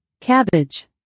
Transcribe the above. Cabbage